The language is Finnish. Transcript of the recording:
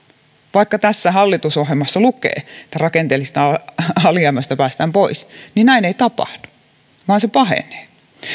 vaikka tässä hallitusohjelmassa lukee että rakenteellisesta alijäämästä päästään pois niin näin ei tapahdu vaan se pahenee